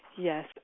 Yes